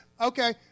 Okay